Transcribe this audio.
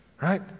right